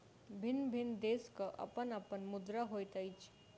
भिन्न भिन्न देशक अपन अपन मुद्रा होइत अछि